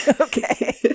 Okay